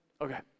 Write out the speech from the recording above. Okay